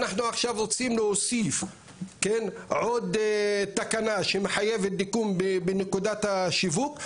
אנחנו עכשיו רוצים להוסיף עוד תקנה שמחייבת דיגום בנקודת השיווק,